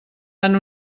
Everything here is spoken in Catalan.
van